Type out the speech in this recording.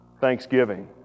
thanksgiving